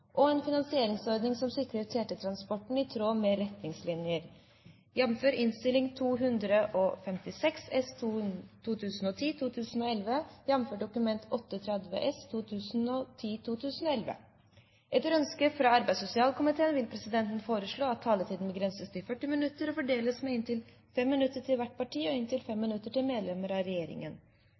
på en best mulig måte, slik at vår industri også har en framtid innenfor framtidens EU-regime. Sak nr. 2 er dermed ferdigbehandlet. Etter ønske fra arbeids- og sosialkomiteen vil presidenten foreslå at taletiden begrenses til 40 minutter og fordeles med inntil 5 minutter til hvert parti og inntil 5 minutter til medlem av regjeringen.